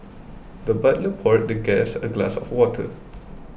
the butler poured the guest a glass of water